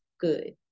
good